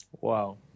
Wow